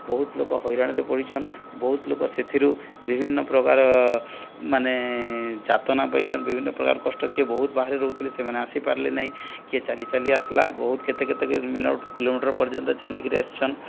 ବହୁତ ଲୋକ ହଇରାଣରେ ପଡ଼ିଛନ୍ତି ବହୁତ ଲୋକ ସେଥିରୁ ବିଭିନ୍ନ ପ୍ରକାର ମାନେ ଯାତନା ପାଇଛନ୍ତି ବିଭିନ୍ନ ପ୍ରକାର କଷ୍ଟ କିଏ ବହୁତ ବାହାରେ ରହୁଥିଲେ ସେମାନେ ଆସିପାରିଲେ ନାହିଁ କିଏ ଚାଲି ଚାଲି ଆସିଲେ ବହୁତ କେତେ କେତେ କିଲୋମିଟର ପର୍ଯ୍ୟନ୍ତ ଚାଲିକରି ଆସିଛନ୍ତି